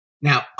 now